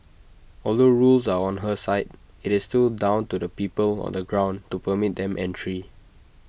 although rules are on her side IT is still down to the people on the ground to permit them entry